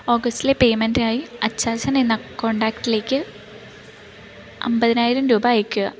ഓഗസ്റ്റിലെ പേയ്മെൻറ്റായി അച്ഛാച്ചൻ എന്ന കോണ്ടാക്ടിലേക്ക് അമ്പതിനായിരം രൂപ അയയ്ക്കുക